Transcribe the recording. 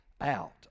out